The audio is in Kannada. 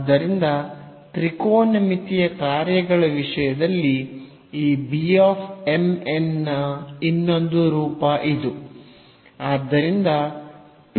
ಆದ್ದರಿಂದ ತ್ರಿಕೋನಮಿತಿಯ ಕಾರ್ಯಗಳ ವಿಷಯದಲ್ಲಿ ಈ ನ ಇನ್ನೊಂದು ರೂಪ ಇದು